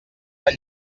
del